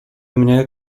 mnie